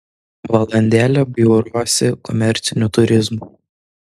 valandėlę bjauriuosi komerciniu turizmu